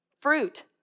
fruit